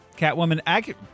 Catwoman